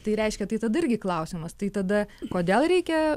tai reiškia tai tada irgi klausimas tai tada kodėl reikia